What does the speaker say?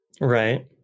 Right